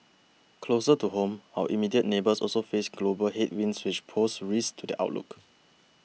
closer to home our immediate neighbours also face global headwinds which pose risks to their outlook